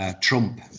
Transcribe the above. Trump